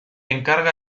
encarga